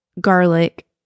garlic